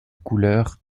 couleur